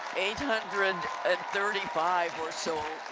eight hundred and thirty five or so